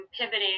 pivoting